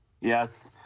Yes